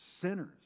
sinners